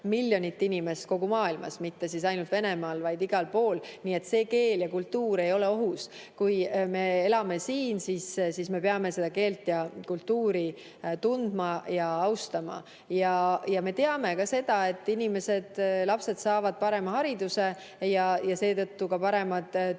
inimest – kogu maailmas, mitte ainult Venemaal, vaid igal pool. Nii et see keel ja kultuur ei ole ohus. Kui me elame siin, siis me peame [siinset] keelt ja kultuuri tundma ja austama. Me teame ka seda, et lapsed saavad parema hariduse ja seetõttu ka paremad töökohad,